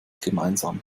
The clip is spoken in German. gemeinsam